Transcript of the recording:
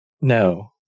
No